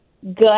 good